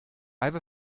have